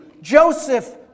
Joseph